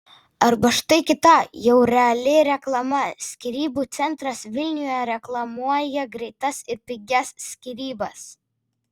arba štai kita jau reali reklama skyrybų centras vilniuje reklamuoja greitas ir pigias skyrybas